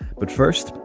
but first,